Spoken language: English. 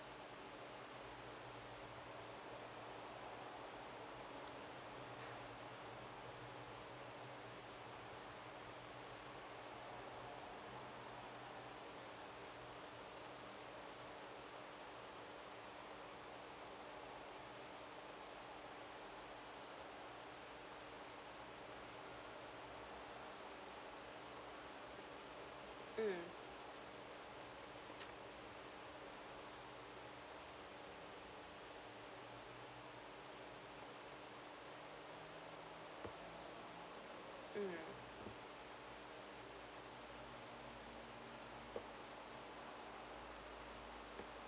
mm mm